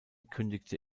kündigte